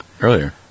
earlier